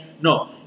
No